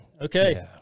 Okay